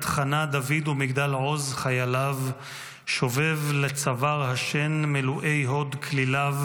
חנה דוד ומגדל עוז חייליו / שובב לצוואר השן מלואי הוד כליליו